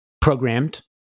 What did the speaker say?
programmed